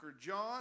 John